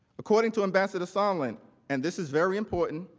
according to ambassador sondland and this is very important,